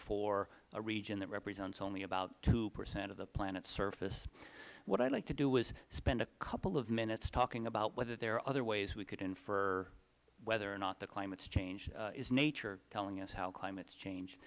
for a region that represents only about two percent of the planet's surface what i would like to do is spend a couple of minutes talking about whether there are other ways we could infer whether or not the climates change is nature telling us how climates change